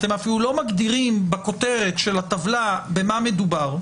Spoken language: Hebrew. אתם אפילו לא מגדירים בכותרת של הטבלה במה מדובר,